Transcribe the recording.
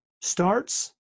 starts